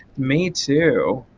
me too.